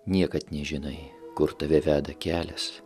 niekad nežinai kur tave veda kelias